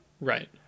Right